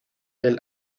del